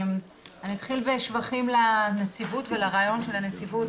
אני אתחיל בשבחים לנציבות ולרעיון של הנציבות.